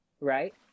Right